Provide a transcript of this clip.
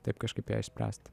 taip kažkaip ją išspręsti